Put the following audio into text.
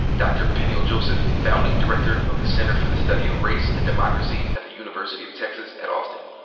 dr. peniel joseph, founding director of the center for the study of race and democracy at the university of texas at austin,